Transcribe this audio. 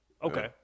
okay